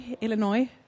Illinois